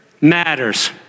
matters